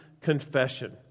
confession